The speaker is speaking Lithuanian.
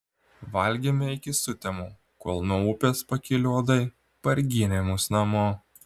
valgėme iki sutemų kol nuo upės pakilę uodai parginė mus namo